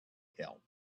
help